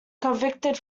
convicted